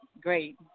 Great